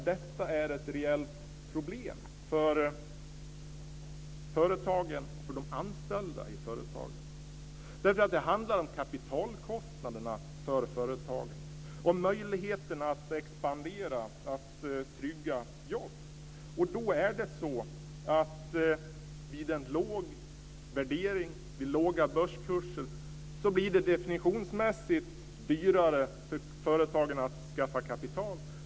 Detta är ett reellt problem för företagen och de anställda i företagen. Det handlar om kapitalkostnaderna för företagen och möjligheterna att expandera och trygga jobb. Vid en låg värdering och låga börskurser blir det definitionsmässigt dyrare för företagen att skaffa kapital.